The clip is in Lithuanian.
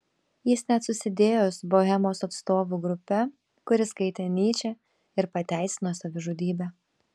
jis net susidėjo su bohemos atstovų grupe kuri skaitė nyčę ir pateisino savižudybę